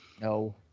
No